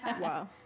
Wow